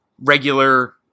regular